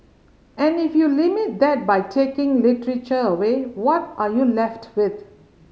and if you limit that by taking literature away what are you left with